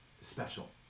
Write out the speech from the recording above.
special